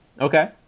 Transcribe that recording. Okay